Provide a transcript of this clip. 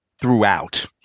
throughout